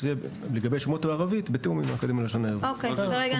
אז שזה יהיה לגבי שמות בערבית בתיאום עם האקדמיה ללשון עברית.